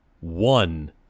one